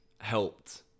helped